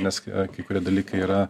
nes kai kurie dalykai yra